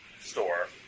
store